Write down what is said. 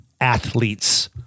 athletes